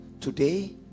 Today